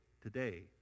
today